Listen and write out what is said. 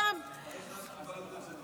איך את קיבלת את זה?